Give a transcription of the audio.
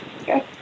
Okay